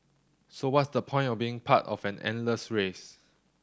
so what's the point of being part of an endless race